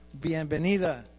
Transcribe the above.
Bienvenida